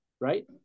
right